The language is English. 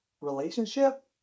relationship